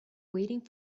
waiting